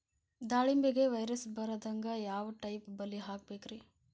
ದಾಳಿಂಬೆಗೆ ವೈರಸ್ ಬರದಂಗ ಯಾವ್ ಟೈಪ್ ಬಲಿ ಹಾಕಬೇಕ್ರಿ?